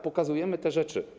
Pokazujemy te rzeczy.